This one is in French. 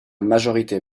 majorité